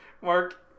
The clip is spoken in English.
Mark